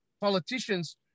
politicians